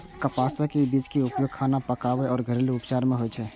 कपासक बीज के उपयोग खाना पकाबै आ घरेलू उपचार मे होइ छै